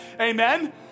Amen